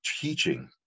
teaching